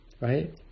Right